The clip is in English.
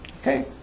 Okay